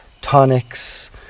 tonics